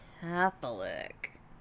Catholic